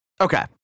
Okay